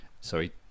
sorry